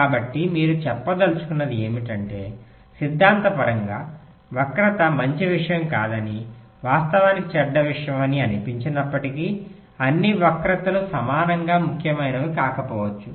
కాబట్టి మీరు చెప్పదలచుకున్నది ఏమిటంటే సిద్ధాంతపరంగా వక్రత మంచి విషయం కాదని వాస్తవానికి చెడ్డ విషయం అని అనిపించినప్పటికీ అన్ని వక్రతలు సమానంగా ముఖ్యమైనవి కాకపోవచ్చు